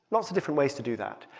lots of different ways to do that.